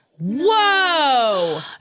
Whoa